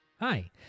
Hi